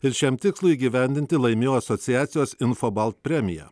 ir šiam tikslui įgyvendinti laimėjo asociacijos infobalt premiją